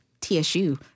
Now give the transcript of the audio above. TSU